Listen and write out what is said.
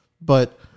But-